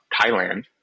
Thailand